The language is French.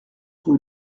rue